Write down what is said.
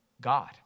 God